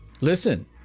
listen